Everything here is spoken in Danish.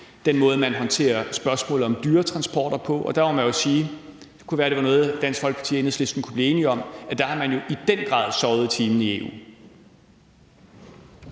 den måde, man håndterer spørgsmålet om dyretransporter på. Der må man jo sige, at det godt kunne være noget, Dansk Folkeparti og Enhedslisten kunne blive enige om, for der har man jo i den grad sovet i timen i EU.